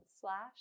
slash